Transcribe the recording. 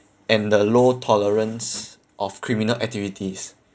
and the low tolerance of criminal activities